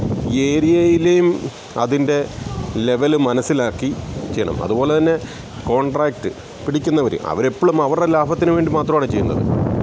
ഏരിയയിലെയും അതിൻ്റെ ലെവൽ മനസ്സിലാക്കി ചെയ്യണം അതുപോലെത്തന്നെ കോൺട്രാക്ട് പിടിക്കുന്നവർ അവരെപ്പോഴും അവരുടെ ലാഭത്തിനുവേണ്ടി മാത്രമാണ് ചെയ്യുന്നത്